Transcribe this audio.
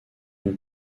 une